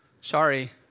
Sorry